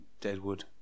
Deadwood